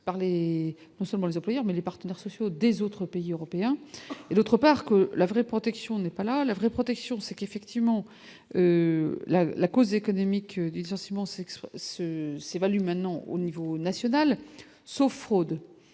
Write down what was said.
parler non seulement les employeurs mais les partenaires sociaux des autres pays européens, et d'autre part que la vraie protection n'est pas là la vraie protection c'est qu'effectivement la la cause économique une chance immense exploit ce s'évalue maintenant. Au niveau national sauf fraude,